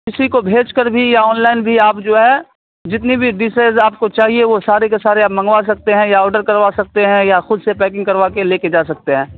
کسی کو بھیج کر بھی یا آن لائن بھی آپ جو ہے جتنی بھی ڈشز آپ کو چاہیے وہ سارے کے سارے آپ منگوا سکتے ہیں یا اوڈر کروا سکتے ہیں یا خود سے پیکنگ کروا کے لے کے جا سکتے ہیں